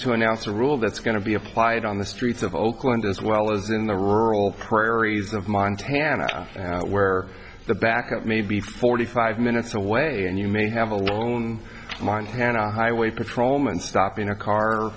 to announce a rule that's going to be applied on the streets of oakland as well as in the rural prairie's of montana where the backup may be forty five minutes away and you may have a lone montana highway patrolman stopping a car